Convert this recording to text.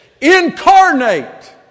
incarnate